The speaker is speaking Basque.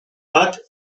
bat